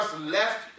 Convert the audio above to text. left